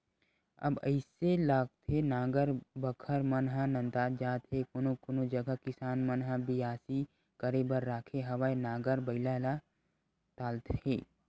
अब अइसे लागथे नांगर बखर मन ह नंदात जात हे कोनो कोनो जगा किसान मन ह बियासी करे बर राखे हवय नांगर बइला ला ताहले